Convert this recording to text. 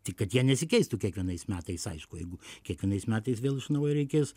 tik kad jie nesikeistų kiekvienais metais aišku jeigu kiekvienais metais vėl iš naujo reikės